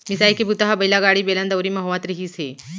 मिसाई के बूता ह बइला गाड़ी, बेलन, दउंरी म होवत रिहिस हे